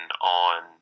on